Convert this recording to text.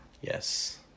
Yes